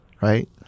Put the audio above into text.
right